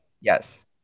Yes